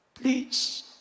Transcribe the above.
Please